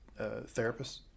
Therapists